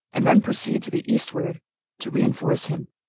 and then proceed to the eastward to re-enforce him.